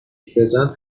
پیرزن